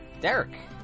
Derek